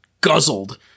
guzzled